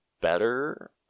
better